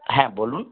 হ্যাঁ বলুন